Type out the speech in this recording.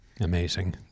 Amazing